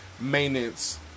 maintenance